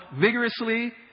vigorously